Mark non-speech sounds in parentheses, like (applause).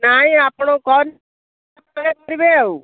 ନାଇଁ ଆପଣ (unintelligible) କରିବେ ଆଉ